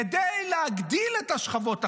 כדי להגדיל את השכבות החלשות,